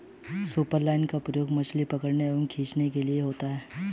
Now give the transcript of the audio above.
superline का प्रयोग मछली पकड़ने व खींचने के लिए होता है